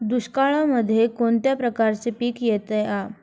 दुष्काळामध्ये कोणत्या प्रकारचे पीक येते का?